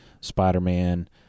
Spider-Man